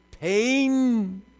pain